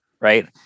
right